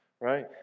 right